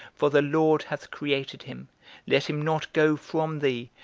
for the lord hath created him let him not go from thee,